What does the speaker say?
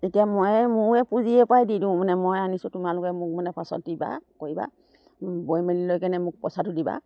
এতিয়া ময়ে মোৰে পুঁজিৰপৰাই দি দিওঁ মানে মই আনিছোঁ তোমালোকে মোক মানে পাছত দিবা কৰিবা বৈ মেলিলৈ কেনে মোক পইচাটো দিবা